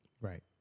right